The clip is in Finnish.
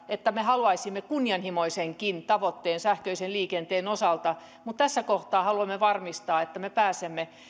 että me haluaisimme kunnianhimoisenkin tavoitteen sähköisen liikenteen osalta mutta tässä kohtaa haluamme varmistaa että me pääsemme